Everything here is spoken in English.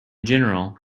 general